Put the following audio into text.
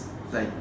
like